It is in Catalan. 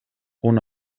una